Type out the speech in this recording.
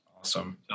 Awesome